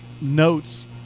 notes